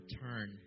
turn